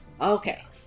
Okay